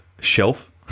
shelf